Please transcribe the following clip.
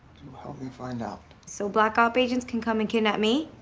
help me find out. so black-op agents can come and kidnap me?